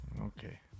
Okay